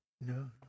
No